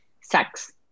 sex